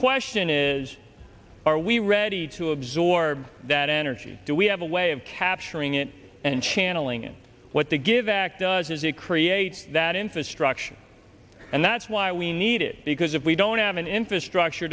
question is are we ready to absorb that energy do we have a way of capturing it and channeling it what to give act does it create that infrastructure and that's why we need it because if we don't have an infrastructure